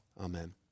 Amen